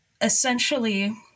essentially